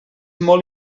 molt